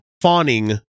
fawning